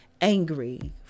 angry